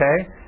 okay